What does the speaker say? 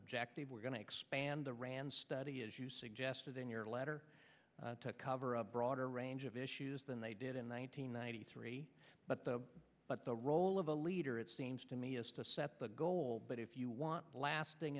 objective we're going to expand the rand study as you suggested in your letter to cover a broader range of issues than they did in one thousand nine hundred three but the but the role of a leader it seems to me is to set the goal but if you want lasting